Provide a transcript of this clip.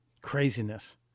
Craziness